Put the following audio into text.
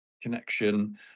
connection